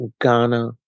Ghana